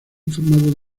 informado